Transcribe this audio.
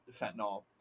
fentanyl